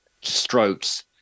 strokes